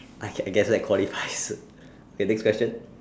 I get I guess I qualifies k next question